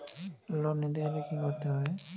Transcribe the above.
Loan নিতে গেলে কি করতে হবে?